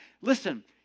Listen